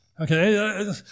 Okay